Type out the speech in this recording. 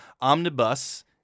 Omnibus